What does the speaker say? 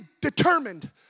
determined